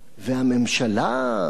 והממשלה,